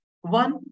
One